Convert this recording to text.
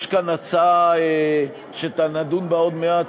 יש כאן הצעה שנדון בה עוד מעט,